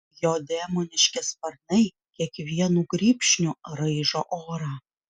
jo demoniški sparnai kiekvienu grybšniu raižo orą